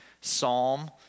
psalm